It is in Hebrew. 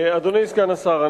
אדוני סגן השר,